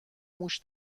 موش